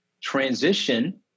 transition